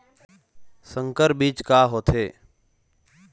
संकर बीज का होथे?